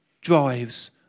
drives